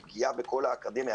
היא פגיעה בכל האקדמיה.